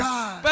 God